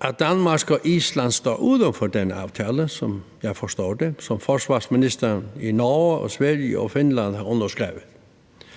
at Danmark og Island står uden for den aftale, som jeg forstår det, som forsvarsministrene i Norge og Sverige og Finland har underskrevet.